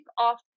off